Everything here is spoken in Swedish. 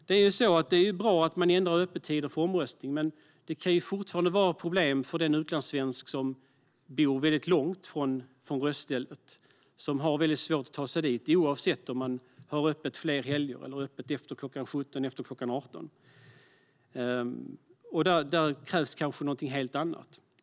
Det är bra att man ändrar öppettiderna för röstning, men det kan fortfarande vara problem för den utlandssvensk som bor långt ifrån röstningsstället och som har svårt att ta sig dit även om det är öppet under fler helger eller efter kl. 17 och kl. 18. Det krävs kanske någonting helt annat.